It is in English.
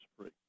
free